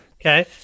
Okay